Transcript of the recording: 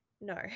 no